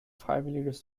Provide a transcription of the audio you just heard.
freiwilliges